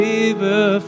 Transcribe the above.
river